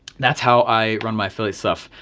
that's how i run my affiliate stuff.